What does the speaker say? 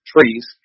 trees